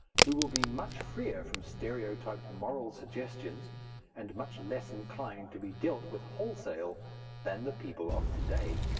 who will be much freer from stereotyped moral suggestions and much less inclined to be dealt with wholesale than the people of to-day.